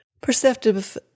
Perceptive